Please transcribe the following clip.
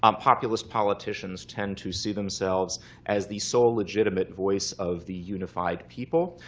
um populist politicians tend to see themselves as the sole legitimate voice of the unified people.